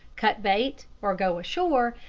cut bait, or go ashore,